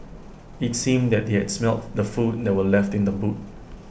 IT seemed that they had smelt the food that were left in the boot